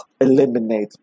eliminate